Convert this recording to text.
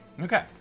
Okay